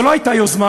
זו לא הייתה יוזמה,